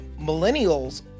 millennials